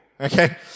Okay